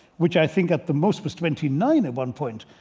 which i think at the most was twenty nine at one point.